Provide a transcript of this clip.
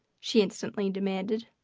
she instantly demanded.